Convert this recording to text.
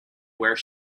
where